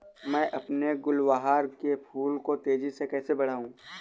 मैं अपने गुलवहार के फूल को तेजी से कैसे बढाऊं?